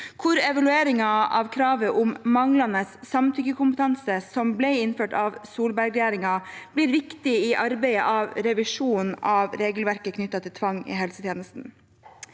hvor evalueringen av kravet om manglende samtykkekompetanse som ble innført av Solberg-regjeringen, blir viktig i arbeidet med revisjonen av regelverket knyttet til tvang i helsetjenesten.